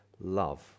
love